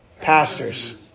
Pastors